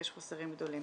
יש חוסרים גדולים.